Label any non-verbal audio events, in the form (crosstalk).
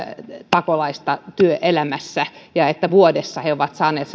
pakolaista työelämässä ja vuodessa he ovat saaneet (unintelligible)